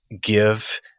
give